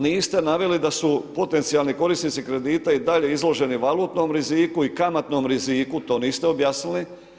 Niste naveli da su potencijalni korisnici kredita i dalje izloženi valutnom riziku i kamatnom riziku, to niste objasnili.